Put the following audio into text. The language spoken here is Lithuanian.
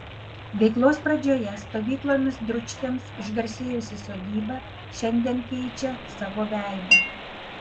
veiklos pradžioje stovyklomis dručkiams išgarsėjusi sodyba šiandien keičia savo veidą